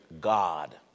God